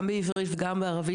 גם בעברית וגם בערבית,